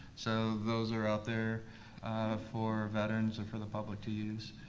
so those are out there for veterans or for the public to use.